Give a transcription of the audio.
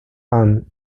and